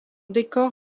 décor